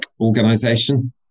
organization